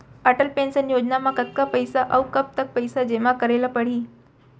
Atal pension योजना म कतका पइसा, अऊ कब तक पइसा जेमा करे ल परही?